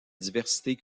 diversité